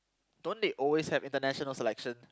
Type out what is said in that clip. don't they always have international selection